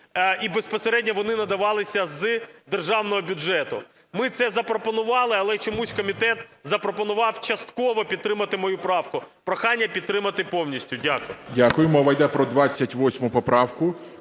і безпосередньо вони надавалися з державного бюджету. Ми це запропонували, але чомусь комітет запропонував частково підтримати мою правку. Прохання підтримати повністю. Дякую.